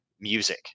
music